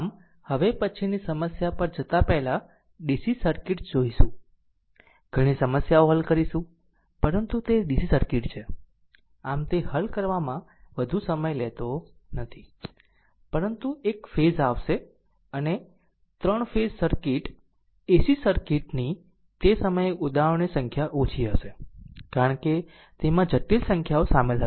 આમ હવે પછીની સમસ્યા પર જતા પહેલાં DC સર્કિટ્સ જોઈશું ઘણી સમસ્યાઓ હલ કરીશું પરંતુ તે DC સર્કિટ છે આમ તે હલ કરવામાં વધુ સમય લેતો નથી પરંતુ એક ફેઝ આવશે અને 3 ફેઝ AC સર્કિટ્સની તે સમયે ઉદાહરણોની સંખ્યા ઓછી હશે કારણ કે તેમાં જટિલ સંખ્યા શામેલ હશે